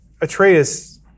Atreus